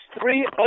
three